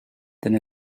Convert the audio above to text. then